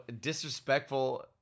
disrespectful